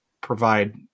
provide